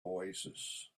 oasis